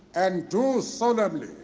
and do solemnly